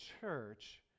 church